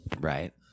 right